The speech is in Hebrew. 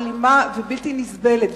אלימה ובלתי נסבלת,